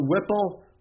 Whipple